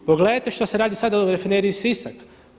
Pogledajte što se radi sad u Rafineriji Sisak.